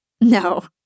No